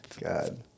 God